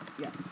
Yes